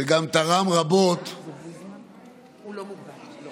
זו לא עמדתי האישית.